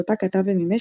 אותה כתב ומימש,